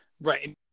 Right